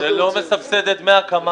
זה לא מסבסד את דמי ההקמה.